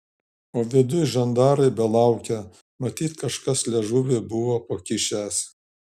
o viduj žandarai belaukią matyt kažkas liežuvį buvo pakišęs